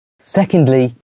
Secondly